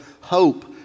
hope